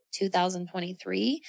2023